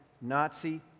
Nazi